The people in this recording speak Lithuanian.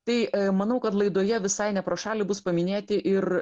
tai manau kad laidoje visai ne pro šalį bus paminėti ir